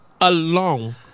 alone